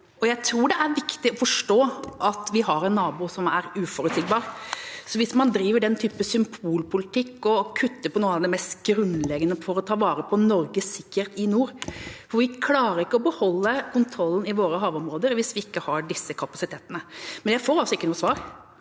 jeg tror det er viktig å forstå at vi har en nabo som er uforutsigbar. Man driver en type symbolpolitikk og kutter i noe av det mest grunnleggende for å ta vare på Norges sikkerhet i nord, for vi klarer ikke å beholde kontrollen i våre havområder hvis vi ikke har disse kapasitetene. Men jeg får altså ikke noe svar: